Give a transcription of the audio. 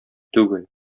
түгел